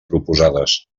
proposades